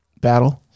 battle